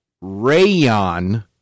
rayon